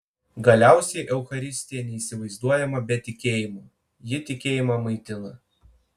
galiausiai eucharistija neįsivaizduojama be tikėjimo ji tikėjimą maitina